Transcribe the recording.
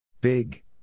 Big